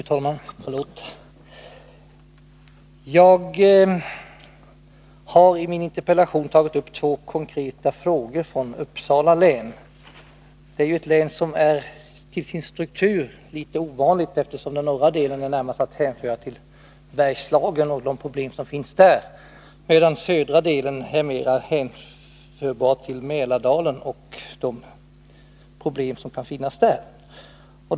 Fru talman! Jag har i min interpellation tagit upp två konkreta frågor från Uppsala län. Det är ju till sin struktur litet ovanligt, eftersom den norra delen närmast är att hänföra till Bergslagen och de problem som finns där, medan den södra delen är mera hänförbar till Mälardalen och dess problem.